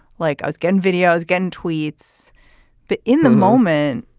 like us getting videos, getting tweets but in the moment.